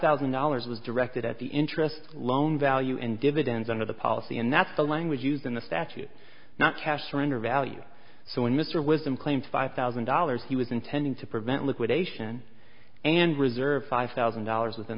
thousand dollars was directed at the interest loan and dividends under the policy and that's the language used in the statute not cash surrender value so when mr wisdom claimed five thousand dollars he was intending to prevent liquidation and reserve five thousand dollars within